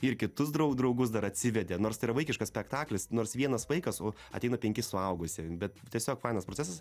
ir kitus drau draugus dar atsivedė nors tai yra vaikiškas spektaklis nors vienas vaikas o ateina penki suaugusieji bet tiesiog fainas procesas